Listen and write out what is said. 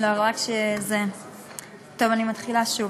טוב, אני מתחילה שוב.